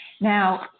Now